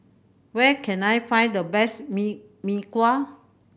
where can I find the best mee Mee Kuah